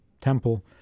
temple